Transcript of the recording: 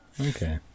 okay